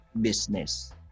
business